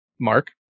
Mark